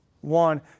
one